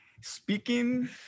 speaking